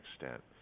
extent